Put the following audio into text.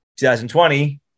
2020